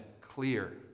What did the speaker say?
clear